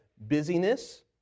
Busyness